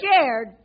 Scared